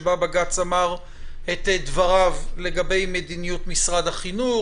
שבה בג"ץ אמר את דבריו לגבי מדיניות משרד החינוך